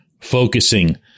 focusing